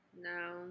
No